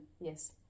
Yes